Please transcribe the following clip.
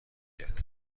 گردد